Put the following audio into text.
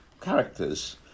characters